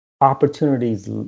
opportunities